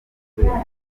igitaramo